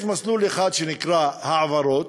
יש מסלול אחד שנקרא העברות,